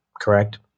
correct